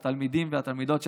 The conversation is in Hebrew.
את התלמידים והתלמידות שלנו,